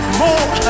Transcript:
more